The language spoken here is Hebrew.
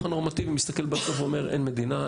הנורמטיבי מסתכל בסוף ואומר: אין מדינה,